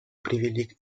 привели